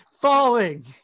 falling